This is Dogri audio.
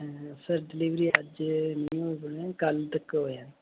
हां जी सर डिलीवरी अज्ज नेईं होग कल तक होई जाह्ग